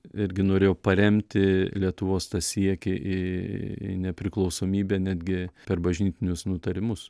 irgi norėjo paremti lietuvos siekį į nepriklausomybę netgi per bažnytinius nutarimus